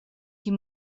die